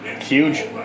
Huge